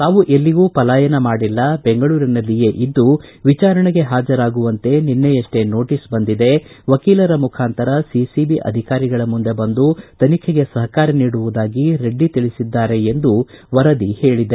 ತಾವು ಎಲ್ಲಿಗೂ ಪಲಾಯನ ಮಾಡಿಲ್ಲ ಬೆಂಗಳೂರಿನಲ್ಲಿಯೇ ಇದ್ದು ವಿಚಾರಣೆಗೆ ಹಾಜರಾಗುವಂತೆ ನಿನ್ನೆಯಷ್ಟೇ ನೋಟಸ್ ನೋಟಸ್ ಬಂದಿದೆ ವಕೀಲರ ಮುಖಾಂತರ ಸಿಸಿಬಿ ಅಧಿಕಾರಿಗಳ ಮುಂದೆ ಬಂದು ತನಿಖೆಗೆ ಸಹಕಾರ ನೀಡುವುದಾಗಿ ರೆಡ್ಡಿ ತಿಳಿಸಿದ್ದಾರೆ ಎಂದು ವರದಿ ಹೇಳಿದೆ